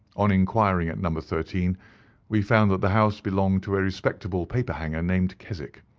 on inquiring at number thirteen we found that the house belonged to a respectable paperhanger, named keswick,